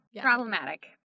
problematic